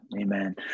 Amen